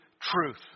truth